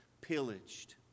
pillaged